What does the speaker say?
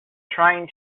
trying